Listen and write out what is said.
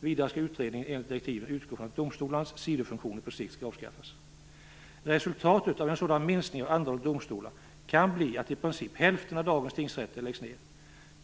Vidare skall utredningen enligt direktiven utgå från att domstolarnas sidofunktioner på sikt skall avskaffas. Resultatet av en sådan minskning av antalet domstolar kan bli att i princip hälften av dagens tingsrätter läggs ned.